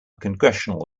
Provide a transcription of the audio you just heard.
congressional